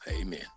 Amen